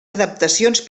adaptacions